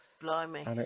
Blimey